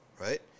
right